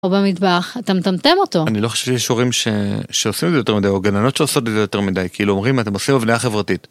הוא במטבח אתה מטמטם אותו. אני לא חושב שיש הורים שעושים את זה יותר מדי, או גננות האמת שעושות את זה יותר מדי, כאילו אומרים עושים הבניה חברתית